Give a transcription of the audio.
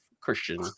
Christian